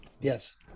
Yes